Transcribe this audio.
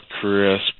crisp